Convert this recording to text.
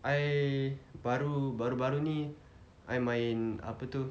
I baru baru-baru ni I main apa tu